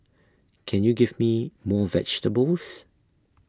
can you give me more vegetables